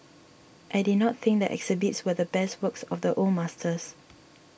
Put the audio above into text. I did not think the exhibits were the best works of the old masters